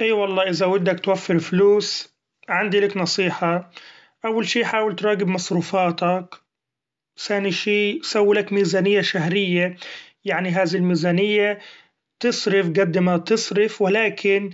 ايي و الله إذا ودك توفر فلوس عندي لك نصيحة ، أول شي حاول تراقب مصروفاتك ثاني شي سوي لك ميزانية شهريي يعني هذى المزانيي تصرف قد ما تصرف و لكن